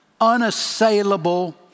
unassailable